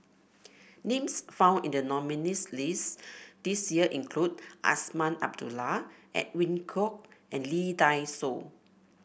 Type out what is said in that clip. names found in the nominees' list this year include Azman Abdullah Edwin Koek and Lee Dai Soh